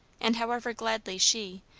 and however gladly she,